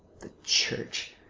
church!